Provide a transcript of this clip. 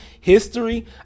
history